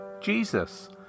Jesus